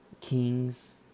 kings